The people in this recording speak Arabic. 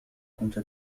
كنت